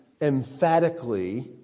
emphatically